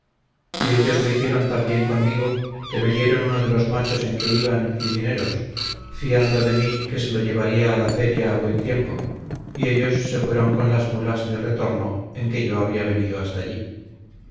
y ellos lo hicieron tan bien conmigo que me dieron uno de los machos en que iban y dineros fiando de mí que se lo llevaría a la feria a buen tiempo y ellos se fueron con las mulas de retorno en que yo había venido hasta allí